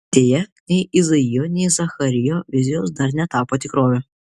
deja nei izaijo nei zacharijo vizijos dar netapo tikrove